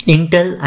Intel